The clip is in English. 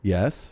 Yes